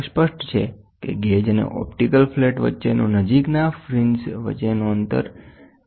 તે સ્પષ્ટ છે કે તરત પછીના ગેજ અને ઓપ્ટિકલ ફ્લેટ વચ્ચેનું ફ્રિન્જ્સ વચ્ચે અંતર 2 દ્વારા બદલાય છે